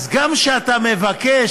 אז גם כשאתה מבקש,